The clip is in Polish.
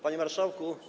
Panie Marszałku!